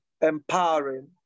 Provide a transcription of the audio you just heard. empowering